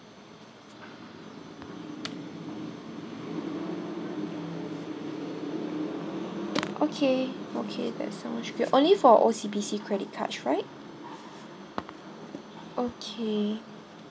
okay okay there's so much good only for O_C_B_C credit cards right okay